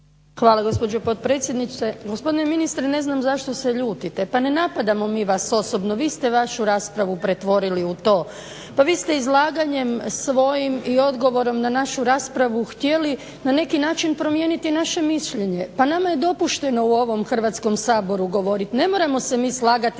Hvala gospođo potpredsjednice. Gospodine ministre ne znam zašto vas ljutite. Pa ne napadamo mi vas osobno, vi ste vašu raspravu pretvorili u to. pa vi ste izlaganjem svojim i odgovorom na našu raspravu htjeli na neki način promijeniti naše mišljenje. Pa nama je dopušteno u ovom Hrvatskom saboru govoriti. Ne moramo se mi slagati